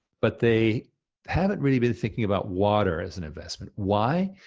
but they haven't really been thinking about water as an investment. why?